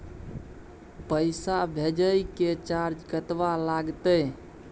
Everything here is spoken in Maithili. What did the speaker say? पैसा भेजय के चार्ज कतबा लागते?